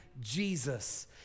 Jesus